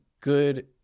good